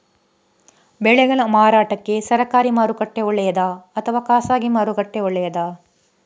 ಬೆಳೆಗಳ ಮಾರಾಟಕ್ಕೆ ಸರಕಾರಿ ಮಾರುಕಟ್ಟೆ ಒಳ್ಳೆಯದಾ ಅಥವಾ ಖಾಸಗಿ ಮಾರುಕಟ್ಟೆ ಒಳ್ಳೆಯದಾ